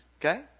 Okay